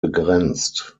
begrenzt